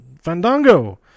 Fandango